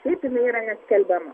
šiaip jinai yra neskelbiama